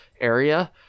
area